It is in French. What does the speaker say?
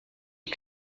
est